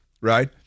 right